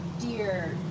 dear